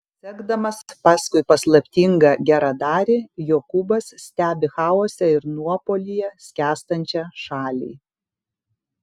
sekdamas paskui paslaptingą geradarį jokūbas stebi chaose ir nuopuolyje skęstančią šalį